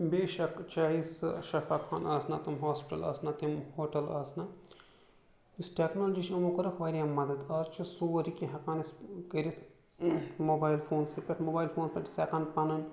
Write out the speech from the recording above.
بیشَک چاہے سُہ شَفا خانہٕ آسنہ تِم ہاسپِٹَل آسنہ تِم ہوٹَل آسنہ یُس ٹٮ۪کنالجی چھِ یِمو کوٚرُکھ واریاہ مَدد اَز چھِ سورُے کینٛہہ ہیٚکان أسۍ کٔرِتھ موبایِل فونسٕے پٮ۪ٹھ موبایِل فونَس پٮ۪ٹھ چھِ أسۍ ہیٚکان پَنُن